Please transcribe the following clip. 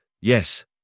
Yes